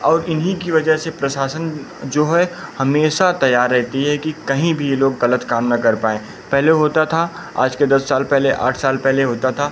और इन्हीं की वजह से प्रशासन जो है हमेशा तैयार रहती है कि कहीं भी ये लोग ग़लत काम ना कर पाऍं पहले होता था आज के दस साल पहले आठ साल पहले होता था